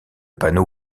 panneau